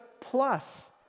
plus